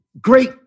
great